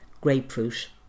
grapefruit